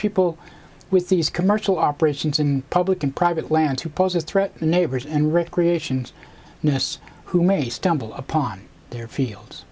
people with these commercial operations and public and private lands who pose a threat to neighbors and recreations nests who may stumble upon their fields